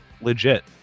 legit